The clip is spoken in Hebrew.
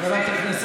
תני לי את ההזדמנות.